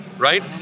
Right